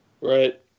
Right